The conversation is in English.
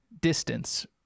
distance